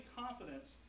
confidence